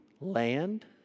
land